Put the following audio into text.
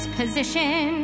position